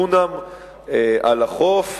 דונם על החוף,